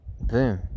boom